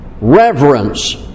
reverence